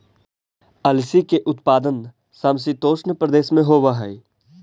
अलसी के उत्पादन समशीतोष्ण प्रदेश में होवऽ हई